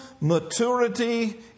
maturity